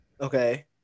Okay